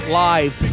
live